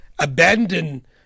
abandon